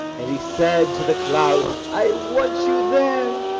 and he said to the clouds, i want you there.